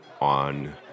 on